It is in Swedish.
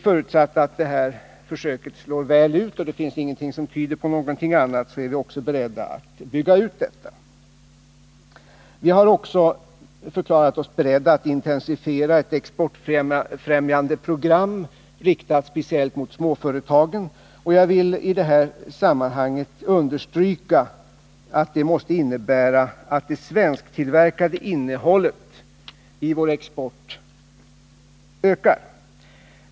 Förutsatt att det försöket slår väl ut — och det finns ingenting som tyder på någonting annat — är vi också beredda att bygga ut det ytterligare. Vi har vidare förklarat oss beredda att intensifiera ett exportfrämjande program, riktat speciellt till småföretagen. Och jag vill i det sammanhanget understryka att exportfrämjande åtgärder av detta slag måste innebära att det svensktillverkade innehållet i vår export ökar.